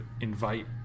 invite